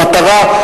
למטרה,